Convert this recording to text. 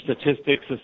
statistics